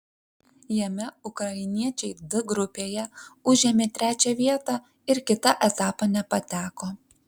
jame ukrainiečiai d grupėje užėmė trečią vietą ir kitą etapą nepateko